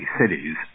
cities